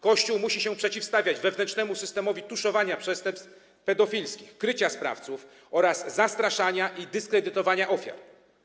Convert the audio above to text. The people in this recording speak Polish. Kościół musi się przeciwstawiać wewnętrznemu systemowi tuszowania przestępstw pedofilskich, krycia sprawców oraz zastraszania i dyskredytowania ofiar.